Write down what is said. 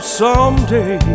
someday